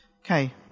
Okay